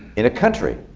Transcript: in a country.